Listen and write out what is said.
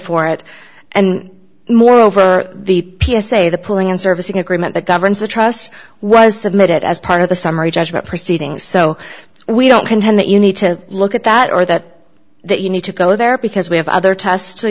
for it and moreover the p s a the pulling and service agreement that governs the trusts was submitted as part of the summary judgment proceedings so we don't contend that you need to look at that or that that you need to go there because we have other tests to